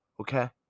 Okay